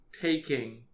taking